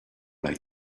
like